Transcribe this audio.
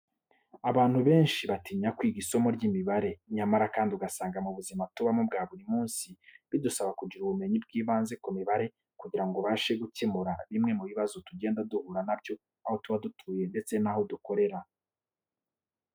Abantu benshi batinya kwiga isomo ry'imibare, nyamara kandi ugasanga mu buzima tubamo bwa buri munsi bidusaba kugira ubumenyi bw'ibanze ku mibare kugira ngo ubashe gukemura bimwe mu bibazo tugenda duhura na byo aho tuba dutuye ndetse n'aho dukorera.